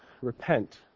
Repent